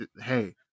Hey